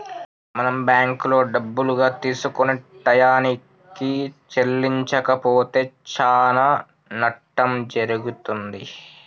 మనం బ్యాంకులో డబ్బులుగా తీసుకొని టయానికి చెల్లించకపోతే చానా నట్టం జరుగుతుంది